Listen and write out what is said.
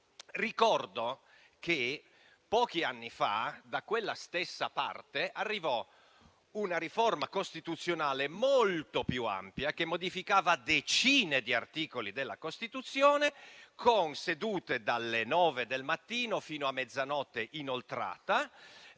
Ricordo che, pochi anni fa, da quella stessa parte arrivò una riforma costituzionale molto più ampia, che modificava decine di articoli della Costituzione, con sedute dalle ore 9 del mattino fino a mezzanotte inoltrata,